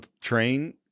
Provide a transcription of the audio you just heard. train